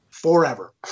forever